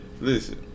Listen